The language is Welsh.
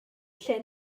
lle